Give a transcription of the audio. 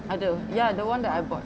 ada ya the one that I bought